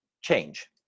change